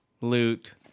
loot